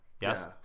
Yes